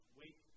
wait